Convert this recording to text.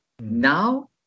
Now